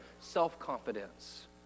self-confidence